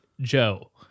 Joe